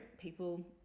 people